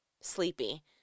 sleepy